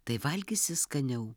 tai valgysi skaniau